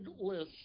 list